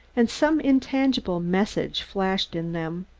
and some intangible message flashed in them.